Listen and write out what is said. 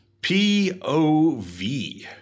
POV